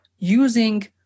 using